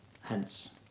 hence